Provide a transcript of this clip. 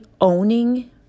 owning